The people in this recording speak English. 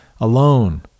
alone